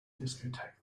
discotheque